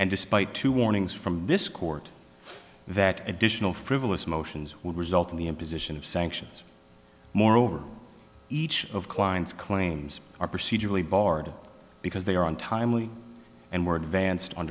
and despite two warnings from this court that additional frivolous motions would result in the imposition of sanctions moreover each of klein's claims are procedurally barred because they are on timely and more advanced